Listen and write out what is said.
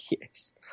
yes